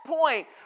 point